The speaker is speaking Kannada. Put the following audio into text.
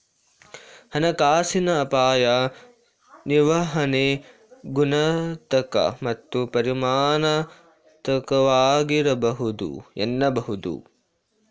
ಹಣಕಾಸಿನ ಅಪಾಯ ನಿರ್ವಹಣೆ ಗುಣಾತ್ಮಕ ಮತ್ತು ಪರಿಮಾಣಾತ್ಮಕವಾಗಿರಬಹುದು ಎನ್ನಬಹುದು